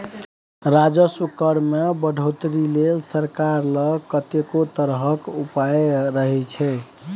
राजस्व कर मे बढ़ौतरी लेल सरकार लग कतेको तरहक उपाय रहय छै